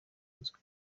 nzoga